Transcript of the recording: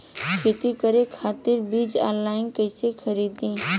खेती करे खातिर बीज ऑनलाइन कइसे खरीदी?